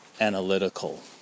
analytical